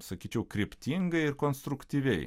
sakyčiau kryptingai ir konstruktyviai